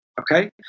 okay